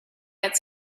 yet